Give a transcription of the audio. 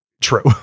true